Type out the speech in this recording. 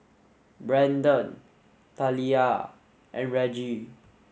Branden Taliyah and Reggie